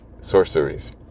sorceries